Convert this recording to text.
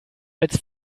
als